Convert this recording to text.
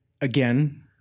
Again